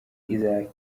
izakira